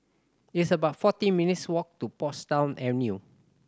it's about fourteen minutes' walk to Portsdown Avenue